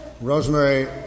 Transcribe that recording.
Rosemary